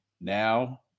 now